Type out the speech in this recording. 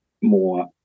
more